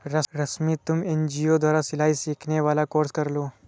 रश्मि तुम एन.जी.ओ द्वारा सिलाई सिखाने वाला कोर्स कर लो